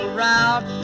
route